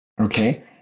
Okay